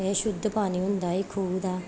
ਅਤੇ ਸ਼ੁਧ ਪਾਣੀ ਹੁੰਦਾ ਸੀ ਖੂਹ ਦਾ